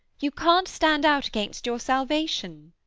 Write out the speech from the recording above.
you can't stand out against your salvation.